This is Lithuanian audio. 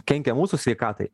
kenkia mūsų sveikatai